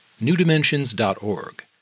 newdimensions.org